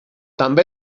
també